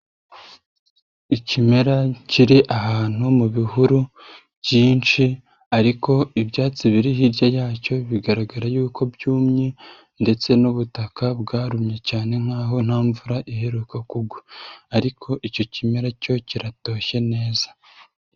Ikimera kiri ahantu mu bihuru byinshi, ariko ibyatsi biri hirya yacyo bigaragara yuko byumye, ndetse n'ubutaka bwarumye cyane, nk'aho nta mvura iheruka kugwa. Ariko icyo kimera cyo kiratoshye neza.